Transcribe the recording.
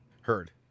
Heard